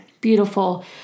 Beautiful